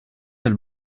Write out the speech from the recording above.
del